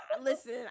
listen